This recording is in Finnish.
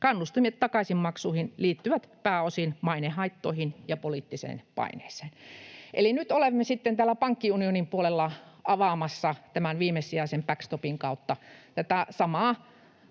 Kannustimet takaisinmaksuihin liittyvät pääosin mainehaittoihin ja poliittiseen paineeseen.” Eli nyt olemme sitten täällä pankkiunionin puolella avaamassa tämän viimesijaisen backstopin kautta tätä samaa,